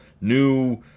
new